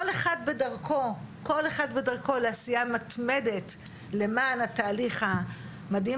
כל אחד בדרכו לעשייה מתמדת למען התהליך המדהים